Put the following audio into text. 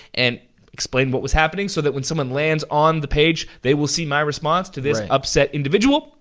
and explained what was happening so that when someone lands on the page, they will see my response to this upset individual.